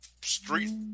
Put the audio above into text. street